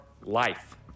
life